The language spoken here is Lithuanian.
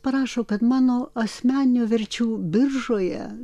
parašo kad mano asmeninių verčių biržoje